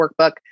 workbook